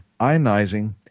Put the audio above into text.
ionizing